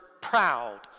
proud